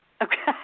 okay